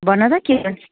भन त के